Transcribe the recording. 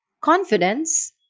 confidence